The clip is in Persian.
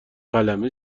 قلمه